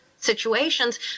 situations